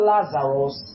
Lazarus